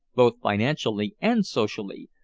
both financially and socially,